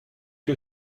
que